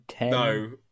No